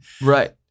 Right